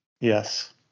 Yes